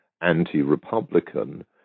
anti-Republican